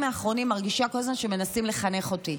האחרונים מרגישה כל הזמן שמנסים לחנך אותי,